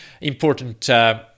important